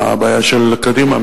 מה הבעיה של קדימה,